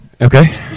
okay